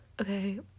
okay